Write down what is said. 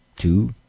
two